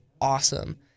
awesome